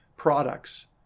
products